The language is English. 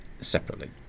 separately